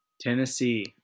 Tennessee